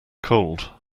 cold